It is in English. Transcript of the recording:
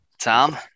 Tom